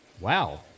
wow